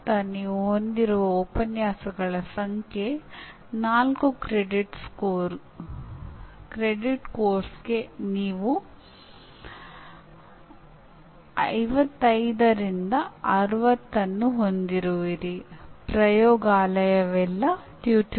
ನೀವು ನಂತರ ಪ್ರಾಯೋಗಿಕವಾಗಿ ಅಥವಾ ಸೈದ್ಧಾಂತಿಕವಾಗಿ ಎ ಕಾರಣದಿಂದ ಬಿ ಪರಿಣಾಮವಾಗಿದೆಯೇ ಎಂಬುದನ್ನು ಸಾಬೀತುಪಡಿಸಬಹುದು ಅಥವಾ ನಿರಾಕರಿಸಬಹುದು